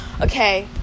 okay